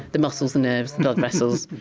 the muscles and nerves, blood vessels.